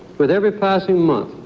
with every passing month,